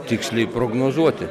tiksliai prognozuoti